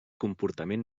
comportament